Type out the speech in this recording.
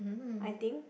I think